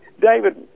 David